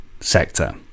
sector